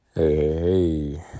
Hey